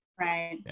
right